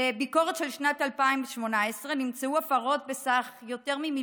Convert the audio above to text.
בביקורת של שנת 2018 נמצאו הפרות בסך יותר מ-1.5